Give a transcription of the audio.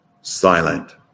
silent